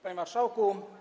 Panie Marszałku!